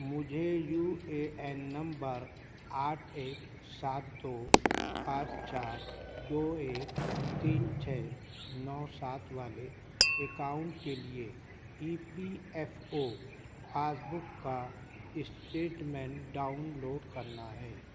مجھے U A N number آٹھ ایک سات دو پانچ چار دو ایک تین چھ نو سات والے اکاؤنٹ کے لیے E P F O pass book کا اسٹیٹمنٹ ڈاؤن لوڈ کرنا ہے